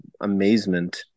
amazement